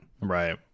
right